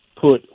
put